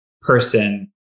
person